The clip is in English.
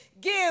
give